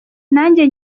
nanjye